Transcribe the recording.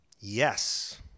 Yes